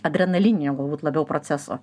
adrenalininio galbūt labiau proceso